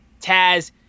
Taz